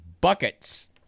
buckets